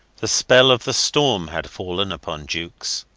the spell of the storm had fallen upon jukes.